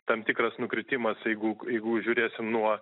tam tikras nukritimas jeigu jeigu žiūrėsim nuo